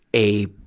a